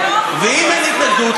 ואם אין התנגדות,